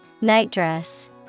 Nightdress